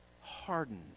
hardened